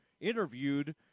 interviewed